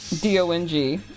d-o-n-g